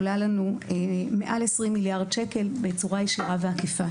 והיא עולה לנו מעל 20 מיליארד שקל בצורה ישירה ועקיפה,